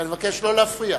ואני מבקש לא להפריע.